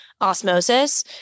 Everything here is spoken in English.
osmosis